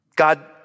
God